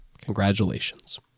congratulations